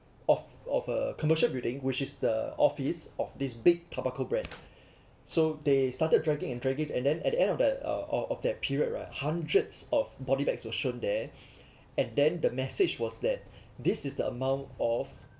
of of a commercial building which is the office of this big tobacco brand so they started dragging and dragging and then at the end of that uh uh of that period right hundreds of body bags were shown there and then the message was that this is the amount of